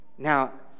Now